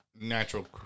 natural